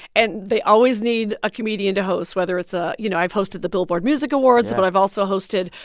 and they always need a comedian to host, whether it's a you know, i've hosted the billboard music awards, but i've also hosted,